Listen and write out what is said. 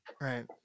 Right